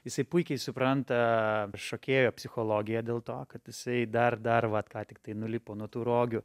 jisai puikiai supranta šokėjo psichologiją dėl to kad jisai dar dar vat ką tiktai nulipo nuo tų rogių